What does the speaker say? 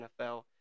NFL